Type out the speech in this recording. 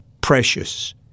precious